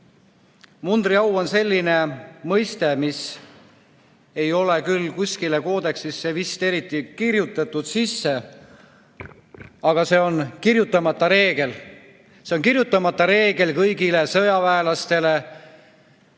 Mundriau on selline mõiste, mis ei ole küll kuskile koodeksisse vist sisse kirjutatud, aga see on kirjutamata reegel. See on kirjutamata reegel kõigile sõjaväelastele,